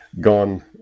gone